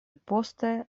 poste